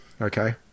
Okay